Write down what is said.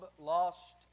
lost